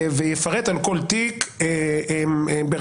על כל תיק שנמצא יותר משנתיים אצלו בפרקליטות,